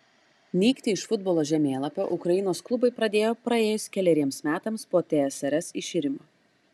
nykti iš futbolo žemėlapio ukrainos klubai pradėjo praėjus keleriems metams po tsrs iširimo